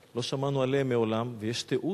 בנסיבות אלה לא נמצא מקום לנקיטת צעדים כלשהם כנגד